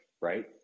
right